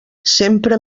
sempre